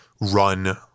run